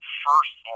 first